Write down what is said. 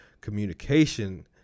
Communication